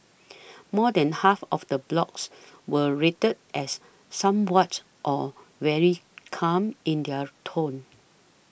more than half of the blogs were rated as somewhat or very calm in their tone